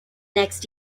next